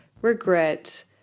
regret